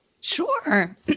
sure